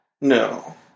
No